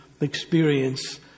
experience